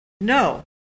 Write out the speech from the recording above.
no